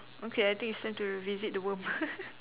uh okay I think it's time to revisit the worm